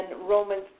Romans